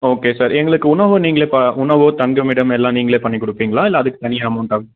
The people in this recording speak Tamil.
ஓகே சார் எங்களுக்கு உணவும் நீங்களே பா உணவு தங்குமிடம் எல்லாம் நீங்களே பண்ணிக் கொடுப்பீங்களா இல்லை அதுக்கு தனியாக அமௌண்ட்டாக